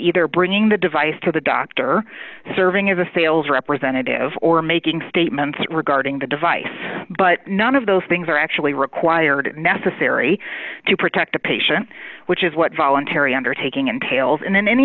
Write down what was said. either bringing the device to the doctor serving as a sales representative or making statements regarding the device but none of those things are actually required necessary to protect a patient which is what voluntary undertaking and tails and